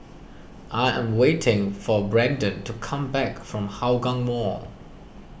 I am waiting for Brendan to come back from Hougang Mall